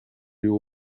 you